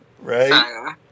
Right